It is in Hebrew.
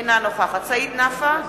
אינה נוכחת סעיד נפאע,